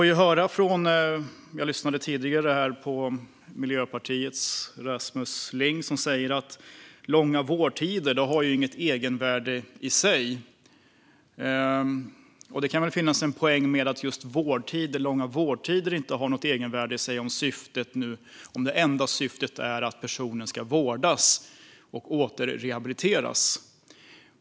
Jag lyssnade tidigare på Miljöpartiets Rasmus Ling, som sa att långa vårdtider inte har något egenvärde i sig. Det kan finnas en poäng med att just långa vårdtider inte har något egenvärde om det enda syftet är att personen ska vårdas och återrehabiliteras.